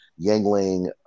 yangling